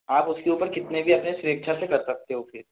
आप उसके ऊपर कितने भी अपनी स्वेच्छा से कर सकते हो फ़िर